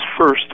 first